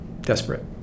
desperate